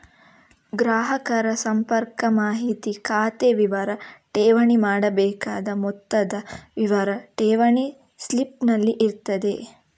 ಗ್ರಾಹಕರ ಸಂಪರ್ಕ ಮಾಹಿತಿ, ಖಾತೆ ವಿವರ, ಠೇವಣಿ ಮಾಡಬೇಕಾದ ಮೊತ್ತದ ವಿವರ ಠೇವಣಿ ಸ್ಲಿಪ್ ನಲ್ಲಿ ಇರ್ತದೆ